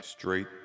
Straight